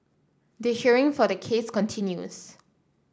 the hearing for the case continues